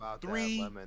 three